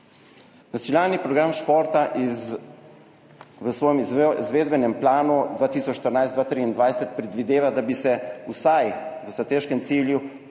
Nacionalni program športa v svojem izvedbenem planu 2014–2023 predvideva, da bi se vsaj v strateškem cilju